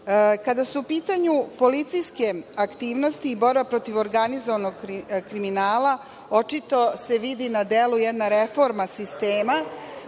su u pitanju policijske aktivnosti i borba protiv organizovanog kriminala, očito se vidi na delu jedna reforma sistema